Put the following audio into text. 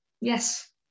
yes